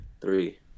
Three